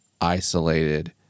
isolated